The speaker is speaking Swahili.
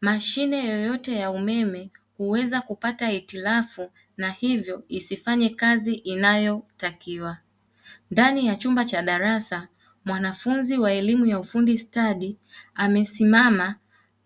Mashine yoyote ya umeme huweza kupata hitilafu na hivyo isifanye kazi inayotakiwa. Ndani ya chumba cha darasa mwanafunzi wa elimu ya ufundi stadi amesimama